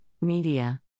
Media